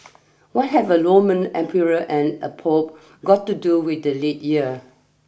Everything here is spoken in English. what have a Roman emperor and a Pope got to do with the leap year